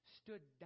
stood